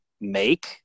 make